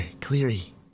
Cleary